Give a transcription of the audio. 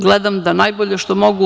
Gledam da radim najbolje što mogu.